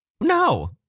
No